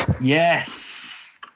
yes